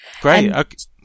great